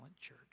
church